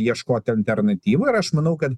ieškoti alternatyvų ir aš manau kad